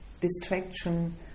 distraction